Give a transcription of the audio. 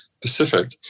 Pacific